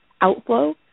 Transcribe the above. outflow